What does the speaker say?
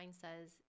says